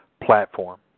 platform